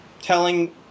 telling